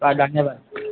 ल धन्यवाद